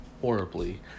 horribly